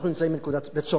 אנחנו נמצאים בצומת.